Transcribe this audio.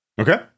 Okay